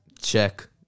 Check